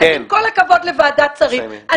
אז עם כל הכבוד לוועדת שרים,